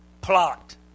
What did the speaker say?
plot